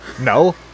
No